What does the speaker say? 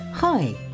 Hi